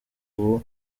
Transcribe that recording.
ubu